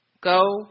go